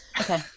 Okay